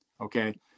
okay